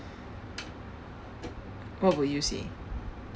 what would you say